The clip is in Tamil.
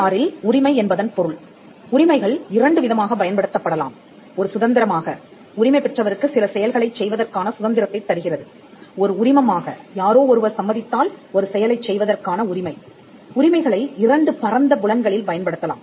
IPR இல் உரிமை என்பதன் பொருள் உரிமைகள் இரண்டு விதமாக பயன்படுத்தப்படலாம் ஒரு சுதந்திரமாக உரிமை பெற்றவருக்கு சில செயல்களைச் செய்வதற்கான சுதந்திரத்தைத் தருகிறது ஒரு உரிமம் ஆக யாரோ ஒருவர் சம்மதித்தால் ஒரு செயலைச் செய்வதற்கான உரிமை உரிமைகளை இரண்டு பரந்த புலன்களில் பயன்படுத்தலாம்